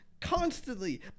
constantly